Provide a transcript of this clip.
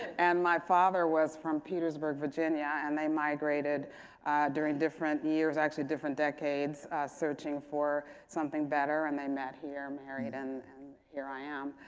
and my father was from petersburg, virginia and they migrated during different years actually, different decades searching for something better and they met here, married, and here i am.